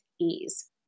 ease